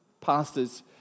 pastors